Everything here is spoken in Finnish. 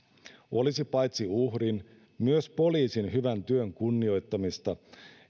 olisi paitsi uhrin myös poliisin hyvän työn kunnioittamista